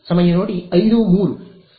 ಸಮಯ ನೋಡಿ 0503